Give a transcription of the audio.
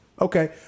Okay